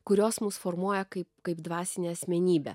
kurios mus formuoja kaip kaip dvasinę asmenybę